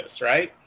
right